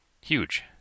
huge